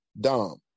Dom